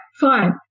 fine